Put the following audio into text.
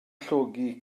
llogi